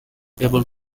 able